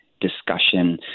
discussion